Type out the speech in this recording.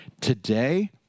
today